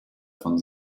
von